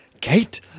Kate